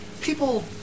people